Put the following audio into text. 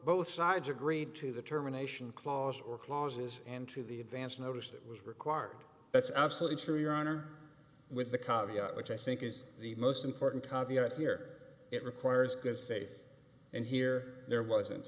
both sides agreed to determination clause or clauses and to the advance notice that was required that's absolutely true your honor with a copy which i think is the most important copyright here it requires good faith and here there wasn't